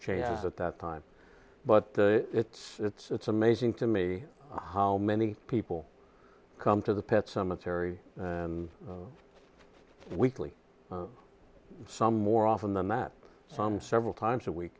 chance at that time but it's it's it's amazing to me how many people come to the pet cemetery and weekly some more often than that some several times a week